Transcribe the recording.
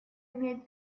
имеет